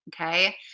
Okay